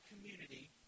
community